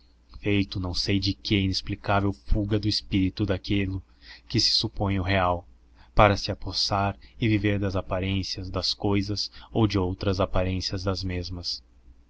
feito não sei de que inexplicável fuga do espírito daquilo que supõe o real para se apossar e viver das aparências das cousas ou de outras aparências das mesmas